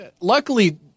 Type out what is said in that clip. Luckily